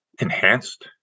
enhanced